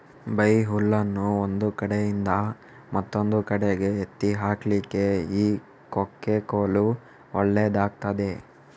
ಬೈಹುಲ್ಲನ್ನು ಒಂದು ಕಡೆಯಿಂದ ಮತ್ತೊಂದು ಕಡೆಗೆ ಎತ್ತಿ ಹಾಕ್ಲಿಕ್ಕೆ ಈ ಕೊಕ್ಕೆ ಕೋಲು ಒಳ್ಳೇದಾಗ್ತದೆ